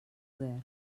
poder